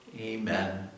Amen